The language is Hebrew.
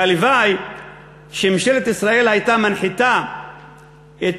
והלוואי שממשלת ישראל הייתה מנחיתה את